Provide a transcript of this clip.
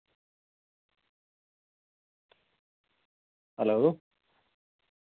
hello